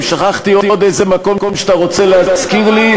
אם שכחתי עוד איזה מקום שאתה רוצה להזכיר לי,